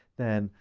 then,